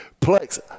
Plex